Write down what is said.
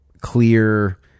clear